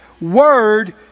word